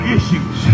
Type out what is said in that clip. issues